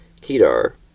Kedar